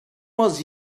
was